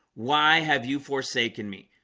why have you forsaken me?